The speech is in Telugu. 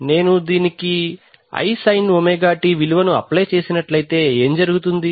నేను దీనికి i sin ωt విలువ ను అప్లై చేసినట్లైతే ఏం జరుగుతుంది